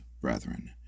brethren